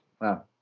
Wow